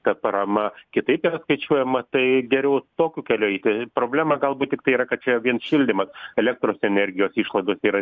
ta parama kitaip yra skaičiuojama tai geriau tokiu keliu eiti problema galbūt tiktai yra kad čia vien šildymas elektros energijos išlaidos yra